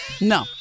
no